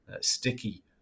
Sticky